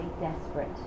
desperate